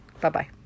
Bye-bye